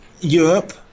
Europe